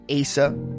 Asa